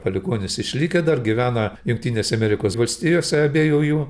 palikuonys išlikę dar gyvena jungtinėse amerikos valstijose abiejų jų